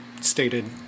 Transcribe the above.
stated